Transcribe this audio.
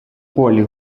полі